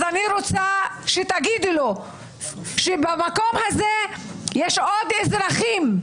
אז אני רוצה שתגידו לו שבמקום הזה יש עוד אזרחים,